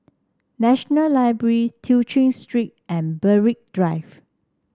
National Library Tew Chew Street and Berwick Drive